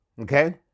okay